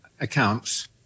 accounts